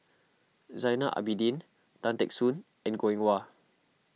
Zainal Abidin Tan Teck Soon and Goh Eng Wah